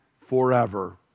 forever